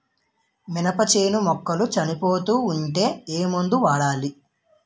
మినప చేను మొక్కలు చనిపోతూ ఉంటే ఏమందు వాడాలి?